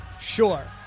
sure